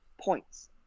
points